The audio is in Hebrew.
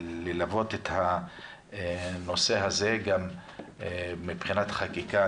ללוות את הנושא הזה גם מבחינת חקיקה.